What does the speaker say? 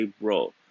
Bro